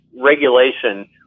regulation